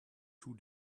two